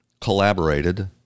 collaborated